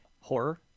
horror